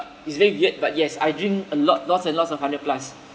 it's very weird but yes I drink a lot lots and lots of hundred plus